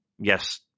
Yes